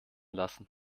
lassen